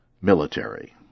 military